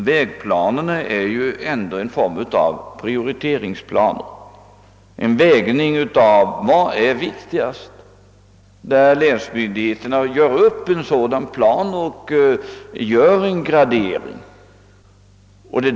Vägplanerna innebär ju ändå en form av prioritering, en vägning av vad som får anses viktigast, och det är länsmyndigheterna som verkställer denna planering och gradering.